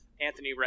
Anthony